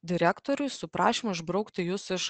direktoriui su prašymu išbraukti jus iš